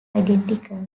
identical